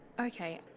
Okay